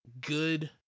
good